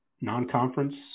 non-conference